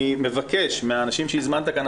אני מבקש מהאנשים שהזמנת לכאן,